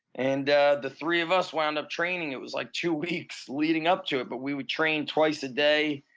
and the the three of us wound up training. it was like two weeks leading up to it but we would train twice a day,